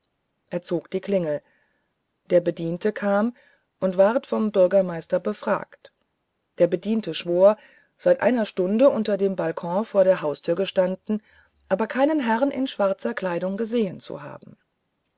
er zog die klingel der bediente kam und ward vom bürgermeister befragt der bediente schwor seit einer stunde unter dem balkon vor der haustür gestanden aber keinen herrn in schwarzer kleidung gesehen zu haben